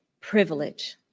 privilege